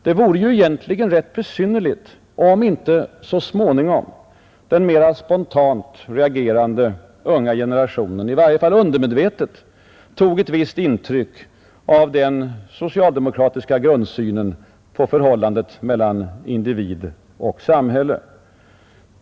Det vore ju egentligen rätt besynnerligt om inte så småningom den mera spontant reagerande unga generationen, i varje fall undermedvetet, tog ett visst intryck av den socialdemokratiska grundsynen på förhållandet mellan individ och samhälle.